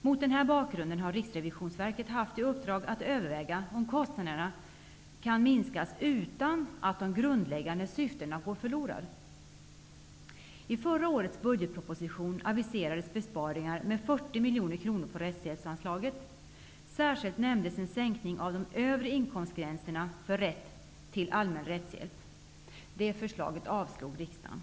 Mot denna bakgrund har Riksrevisionsverket haft i uppdrag att överväga om kostnaderna kan minskas utan att de grundläggande syftena går förlorade. I förra årets budgetproposition aviserades besparingar med 40 miljoner kronor på rättshjälpsanslaget. Särskilt nämndes en sänkning av den övre inkomstgränsen för rätt till allmän rättshjälp. Det förslaget avslogs av riksdagen.